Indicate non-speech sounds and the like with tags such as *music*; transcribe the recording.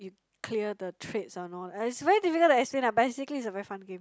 clear the traits or not *noise* it's very difficult to explain lah basically it's a very fun game